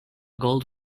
gold